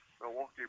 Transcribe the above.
Milwaukee